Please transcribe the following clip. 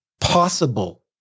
possible